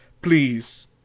Please